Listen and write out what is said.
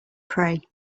pray